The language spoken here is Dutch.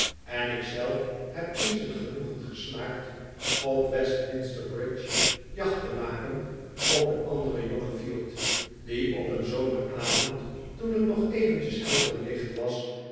en ik zelf heb eens het genoegen gesmaakt op westminster bridge jacht te maken op een anderen jongen fielt die op een zomeravond toen het nog eveneens helder licht was